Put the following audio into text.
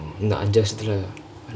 இன்னொ அன்ஜு வர்௸த்தில:inno anju varshathila